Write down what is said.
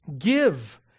Give